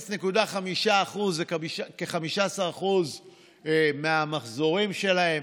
0.5% זה כ-15% מהמחזורים שלהם.